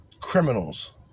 criminals